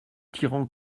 tyran